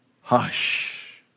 hush